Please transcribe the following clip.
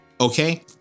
Okay